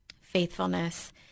faithfulness